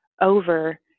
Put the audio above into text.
over